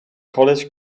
college